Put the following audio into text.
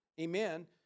amen